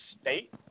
state